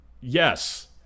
Yes